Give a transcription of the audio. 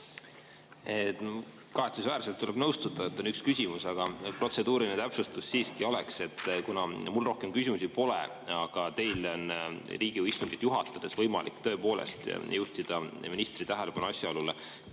Kahetsusväärselt tuleb nõustuda, et on üks küsimus, aga protseduuriline täpsustus siiski oleks, kuna mul rohkem küsimusi pole. Aga teil on Riigikogu istungit juhatades võimalik tõepoolest juhtida ministri tähelepanu asjaolule,